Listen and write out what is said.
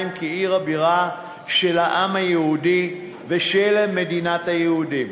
כעיר הבירה של העם היהודי ושל מדינת היהודים.